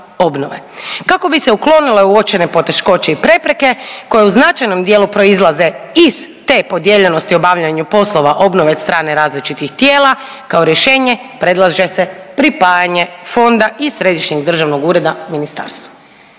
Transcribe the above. Kako bi se uklonile uočene poteškoće i prepreke koje u značajnom dijelu proizlaze iz te podijeljenosti u obavljanju poslova obnove od strane različitih tijela kao rješenje predlaže se pripajanje fonda i Središnjeg državnog ureda ministarstvu.